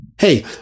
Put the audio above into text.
Hey